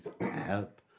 help